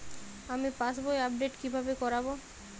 আমি পাসবই আপডেট কিভাবে করাব?